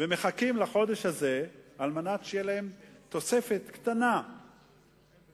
ומחכים לחודש הזה כדי שתהיה להם תוספת קטנה במשכורת.